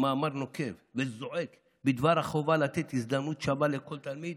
זה מאמר נוקב וזועק בדבר החובה לתת הזדמנות שווה לכל תלמיד